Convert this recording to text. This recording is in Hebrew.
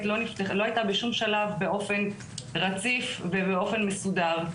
לא הייתה בשום שלב באופן רציף ובאופן מסודר.